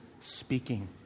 speaking